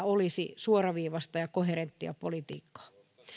olisi suoraviivaista ja koherenttia politiikkaa